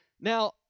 Now